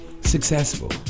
successful